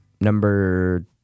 number